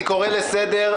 אני קורא לסדר.